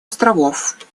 островов